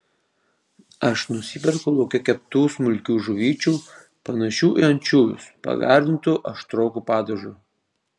aš nusiperku lauke keptų smulkių žuvyčių panašių į ančiuvius pagardintų aštroku padažu